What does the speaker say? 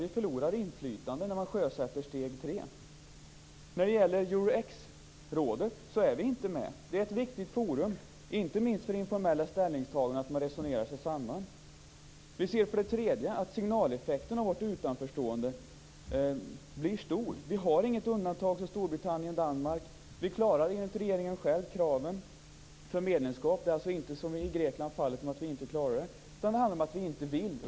Vi förlorar inflytande när man sjösätter steg tre. När det gäller Euro-X-rådet är vi inte med. Det är ett viktigt forum - inte minst för informella ställningstaganden där man resonerar sig samman. Vi ser också att signaleffekterna av vårt utanförstående blir stora. Vi har inget undantag som Storbritannien och Danmark. Vi klarar enligt regeringen själv kraven för medlemskap. Det är alltså inte som i Greklands fall så att vi inte klarar det. Det handlar om att vi inte vill.